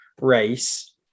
race